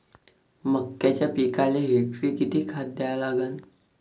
मक्याच्या पिकाले हेक्टरी किती खात द्या लागन?